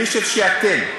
אני חושב שאתם,